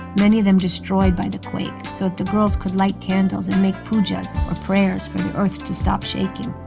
many of them destroyed by the quake so the girls could light candles and make pujas, or prayers, for the earth to stop shaking.